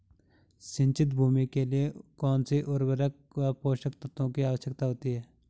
सिंचित भूमि के लिए कौन सी उर्वरक व पोषक तत्वों की आवश्यकता होती है?